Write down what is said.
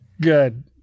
Good